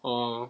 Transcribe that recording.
orh